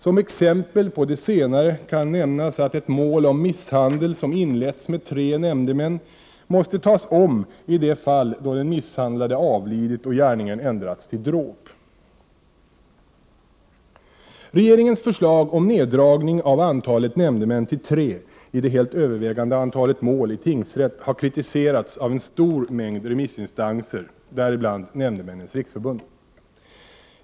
Som exempel på det senare kan nämnas att ett mål om misshandel som inletts med tre nämndemän måste tas om i det fall då den misshandlade avlidit och gärningen ändrats till dråp. Regeringens förslag om neddragning av antalet nämndemän till tre i det helt övervägande antalet mål i tingsrätt har kritiserats av en stor mängd remissinstanser, däribland Nämndemännens riksförbund.